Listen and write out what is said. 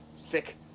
thick